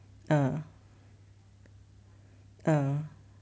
err err